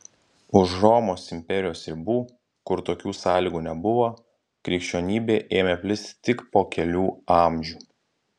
už romos imperijos ribų kur tokių sąlygų nebuvo krikščionybė ėmė plisti tik po kelių amžių